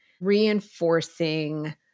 reinforcing